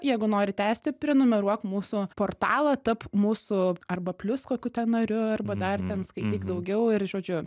jeigu nori tęsti prenumeruok mūsų portalą tapk mūsų arba plius kokiu ten nariu arba dar ten skaityk daugiau ir žodžiu